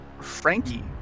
Frankie